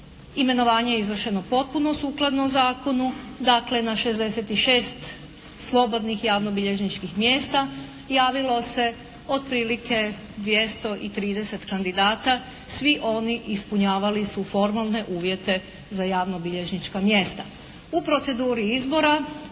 imenovanje je izvršeno potpuno sukladno zakonu. Dakle na 66 slobodnih javnobilježničkih mjesta javilo se otprilike 230 kandidata. Svi oni ispunjavali su formalne uvjete za javnobilježnička mjesta. U proceduri izbora